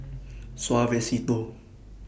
Suavecito